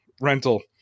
rental